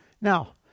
Now